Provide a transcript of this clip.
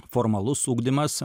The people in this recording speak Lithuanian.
formalus ugdymas